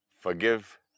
Forgive